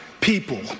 people